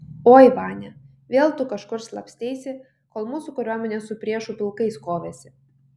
oi vania vėl tu kažkur slapsteisi kol mūsų kariuomenė su priešų pulkais kovėsi